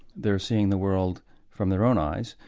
they're seeing the world from their own eyes,